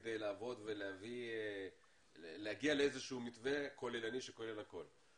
כדי לעבוד ולהגיע לאיזשהו מתווה כוללני שכולל הכול.